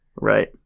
right